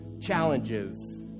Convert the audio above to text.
challenges